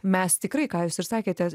mes tikrai ką jūs ir sakėte